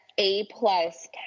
A-plus